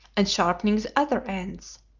and sharpening the other ends,